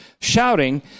shouting